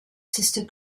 sister